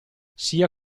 sia